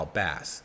Bass